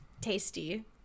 tasty